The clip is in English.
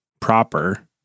proper